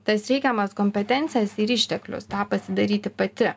tas reikiamas kompetencijas ir išteklius tą pasidaryti pati